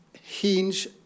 hinge